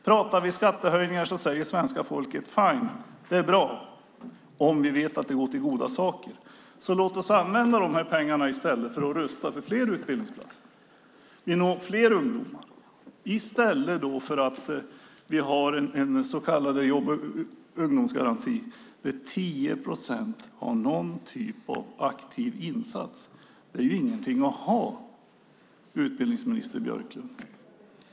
Pratar vi om skattehöjningar säger svenska folket: Det är bra, om vi vet att pengarna går till goda saker. Låt oss därför använda dessa pengar för att rusta för fler utbildningsplatser och för att nå fler ungdomar i stället för att ha den så kallade jobb och ungdomsgarantin där 10 procent får någon typ av aktiv insats. Det är ingenting att ha, utbildningsminister Björklund.